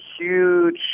huge